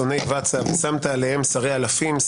שונאי בצע ושמת עליהם שרי אלפים,